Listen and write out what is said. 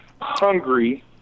hungry